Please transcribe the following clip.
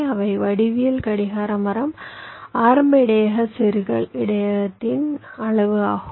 அவை வடிவியல் கடிகார மரம் ஆரம்ப இடையக செருகல் இடையகத்தின் அளவு ஆகும்